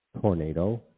tornado